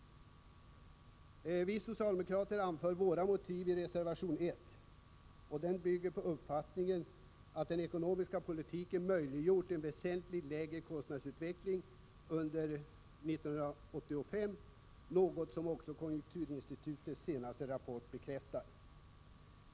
Vi socialdemokrater anför våra motiv i reservation 1. Denna reservation bygger på uppfattningen att den ekonomiska politiken möjliggjort en väsentligt lägre kostnadsutveckling under 1985, något som också konjunkturinstitutets senaste rapport bekräftar.